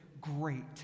great